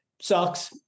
sucks